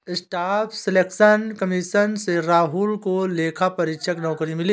staff selection commission से राहुल को लेखा परीक्षक नौकरी मिली